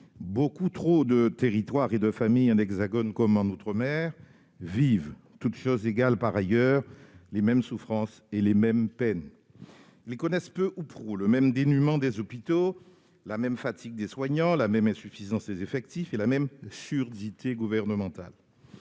Beaucoup trop de territoires et de familles dans l'Hexagone comme en outre-mer vivent, toutes choses égales par ailleurs, les mêmes souffrances et les mêmes peines. Ils connaissent peu ou prou le même dénuement des hôpitaux, la même fatigue des soignants, la même insuffisance des effectifs et la même surdité gouvernementale.